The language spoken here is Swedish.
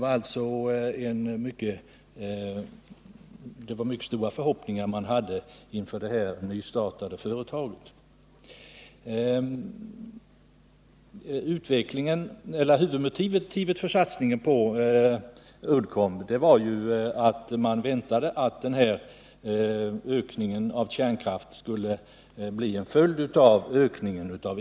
Man hade alltså mycket stora förhoppningar på det nya företaget. Huvudmotivet för satsningen på Uddcomb var att den ökade elförbrukningen skulle få till följd en ökad kärnkraftsproduktion.